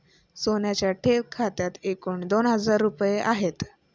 सोहनच्या ठेव खात्यात एकूण दोन हजार रुपये आहेत